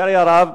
לצערי הרב,